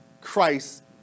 Christ